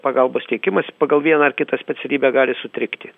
pagalbos teikimas pagal vieną ar kitą specialybę gali sutrikti